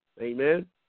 Amen